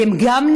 כי הם נמדדים